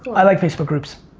i like facebook groups.